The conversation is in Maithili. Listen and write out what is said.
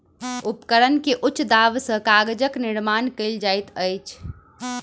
उपकरण के उच्च दाब सॅ कागजक निर्माण कयल जाइत अछि